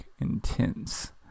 Intense